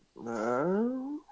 No